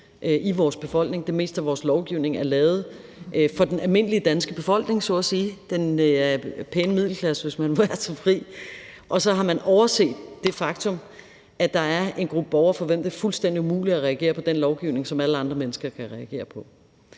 i vores befolkning. Det meste af vores lovgivning er lavet for den almindelige danske befolkning, så at sige, den pæne middelklasse, hvis man må være så fri, og så har man overset det faktum, at der er en gruppe borgere, for hvem det er fuldstændig umuligt at reagere på den lovgivning, som alle andre mennesker kan reagere på.